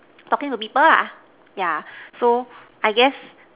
talking to people lah yeah so I guessed